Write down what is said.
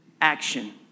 action